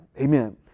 Amen